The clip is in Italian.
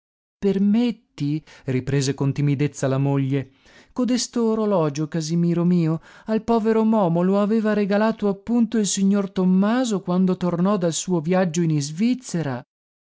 permetti riprese con timidezza la moglie codesto orologio casimiro mio al povero momo lo aveva regalato appunto il signor tommaso quando tornò dal suo viaggio in isvizzera